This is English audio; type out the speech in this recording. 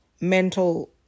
mental